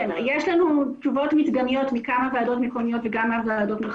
יש לנו תשובות מקדמיות מכמה ועדות מקומיות וגם מחוזיות.